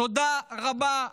תודה רבה.